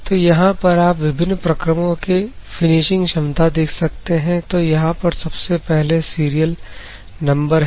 तो यहां पर आप विभिन्न प्रकरणों की फिनिशिंग क्षमता देख सकते हैं तो यहां पर सबसे पहले सीरियल नंबर है